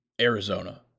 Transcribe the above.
Arizona